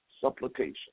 supplication